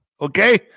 okay